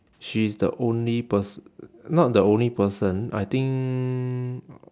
she is the only pers~ not the only person I think